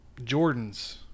Jordans